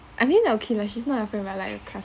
I mean okay lah she's not as familiar like a